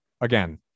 Again